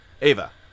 Ava